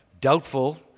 doubtful